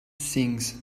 things